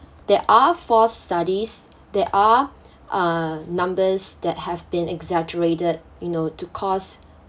there are false studies there are uh numbers that have been exaggerated you know to cause